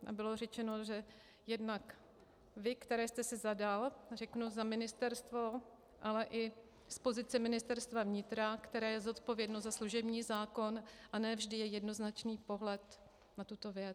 A bylo řečeno, že jednak vy, které jste si zadal, řeknu, za ministerstvo, ale i z pozice Ministerstva vnitra, které je zodpovědné za služební zákon, a ne vždy je jednoznačný pohled na tuto věc.